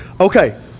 Okay